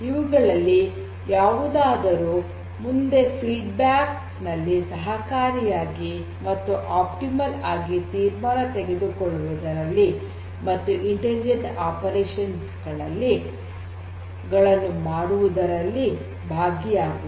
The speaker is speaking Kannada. ಇವುಗಳಲ್ಲಿ ಯಾವುದಾದರೂ ಮುಂದೆ ಫೀಡ್ ಬ್ಯಾಕ್ ನಲ್ಲಿ ಸಹಕಾರಿಯಾಗಿ ಮತ್ತು ಸೂಕ್ತವಾಗಿ ತೀರ್ಮಾನ ತೆಗೆದುಕೊಳ್ಳುವುದರಲ್ಲಿ ಮತ್ತು ಇಂಟಲಿಜೆಂಟ್ ಆಪರೇಷನ್ ಗಳನ್ನು ಮಾಡುವುದರಲ್ಲಿ ಭಾಗಿಯಾಗುವುವು